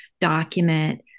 document